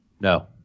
No